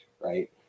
right